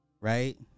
right